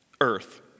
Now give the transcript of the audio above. Earth